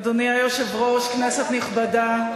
אדוני היושב-ראש, כנסת נכבדה,